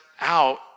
out